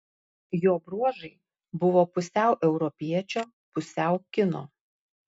jo bruožai buvo pusiau europiečio pusiau kino